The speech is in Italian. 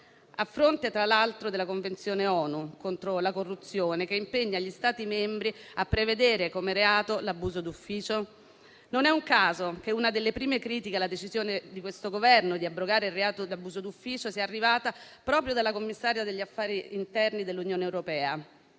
a fronte, tra l'altro, della convenzione ONU contro la corruzione che impegna gli Stati membri a prevedere come reato l'abuso d'ufficio? Non è un caso che una delle prime critiche alla decisione di questo Governo di abrogare il reato di abuso d'ufficio sia arrivata proprio dalla commissaria agli affari interni dell'Unione europea,